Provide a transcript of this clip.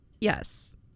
yes